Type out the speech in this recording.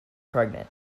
pregnant